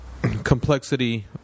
Complexity